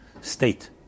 state